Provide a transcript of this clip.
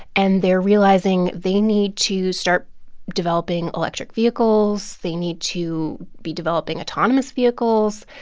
and they're realizing they need to start developing electric vehicles. they need to be developing autonomous vehicles.